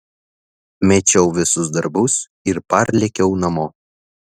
mečiau visus darbus ir parlėkiau namo